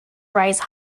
rise